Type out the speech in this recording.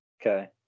Okay